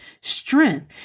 strength